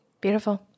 Beautiful